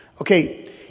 Okay